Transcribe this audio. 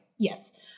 Yes